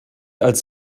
als